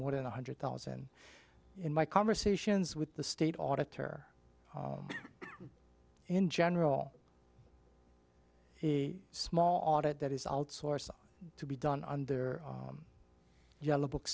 more than one hundred thousand in my conversations with the state auditor in general a small audit that is outsourcing to be done under yellow book